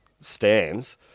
stands